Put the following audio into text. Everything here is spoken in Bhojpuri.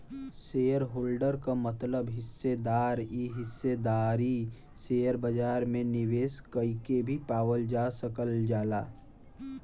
शेयरहोल्डर क मतलब हिस्सेदार इ हिस्सेदारी शेयर बाजार में निवेश कइके भी पावल जा सकल जाला